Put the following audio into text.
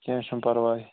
کیٚنٛہہ چھُنہٕ پَرواے